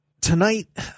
tonight